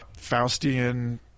Faustian